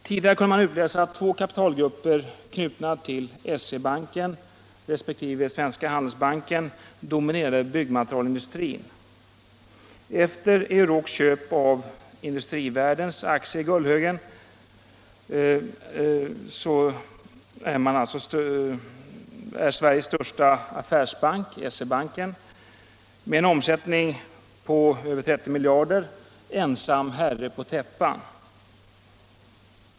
Tidigare kunde man utläsa att två kapitalgrupper, knutna till SE-bankken respektive Svenska Handelsbanken, dominerade byggmaterialindustrin. Efter Eurocs köp av Industrivärdens aktier i Gullhögen är Sveriges största affärsbank, SE-banken med en omsättning på över 30 miljarder, ensam herre på täppan.